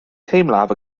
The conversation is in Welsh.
teimlaf